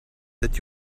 that